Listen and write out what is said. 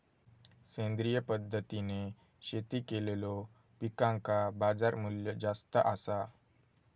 सेंद्रिय पद्धतीने शेती केलेलो पिकांका बाजारमूल्य जास्त आसा